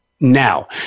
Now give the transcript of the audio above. now